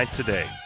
today